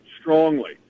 strongly